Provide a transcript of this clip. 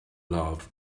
love